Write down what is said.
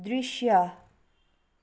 दृश्य